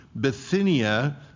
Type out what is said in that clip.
Bithynia